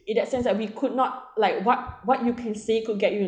in that sense that we could not like what what you can say could get you